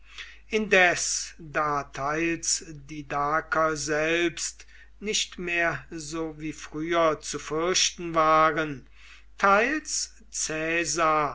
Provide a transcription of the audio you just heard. indes da teils die daker selbst nicht mehr so wie früher zu fürchten waren teils